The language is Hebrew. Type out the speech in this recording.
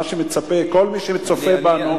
מה שמצפה כל מי שצופה בנו,